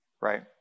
right